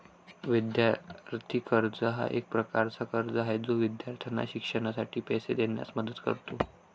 विद्यार्थी कर्ज हा एक प्रकारचा कर्ज आहे जो विद्यार्थ्यांना शिक्षणासाठी पैसे देण्यास मदत करतो